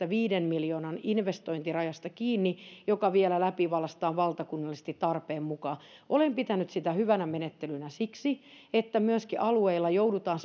viiden miljoonan investointirajasta joka vielä läpivalaistaan valtakunnallisesti tarpeen mukaan olen pitänyt sitä hyvänä menettelynä siksi että myöskin alueilla joudutaan